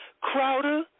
Crowder